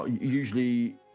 usually